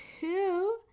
two